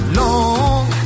long